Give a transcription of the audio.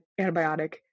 antibiotic